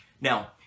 Now